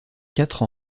quatre